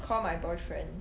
call my boyfriend